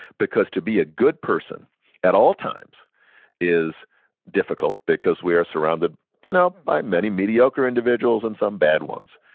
because to be a good person at all times is difficult because we are surrounded you know by many mediocre individuals and some bad ones.